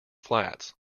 flats